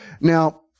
Now